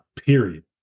period